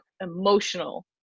emotional